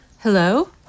Hello